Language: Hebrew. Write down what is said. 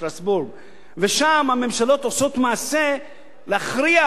ושם הממשלות עושות מעשה ומכריחות את האנשים למכור את הדירות.